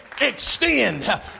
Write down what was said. extend